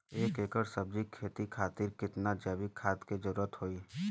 एक एकड़ सब्जी के खेती खातिर कितना जैविक खाद के जरूरत होई?